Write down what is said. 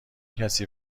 کسی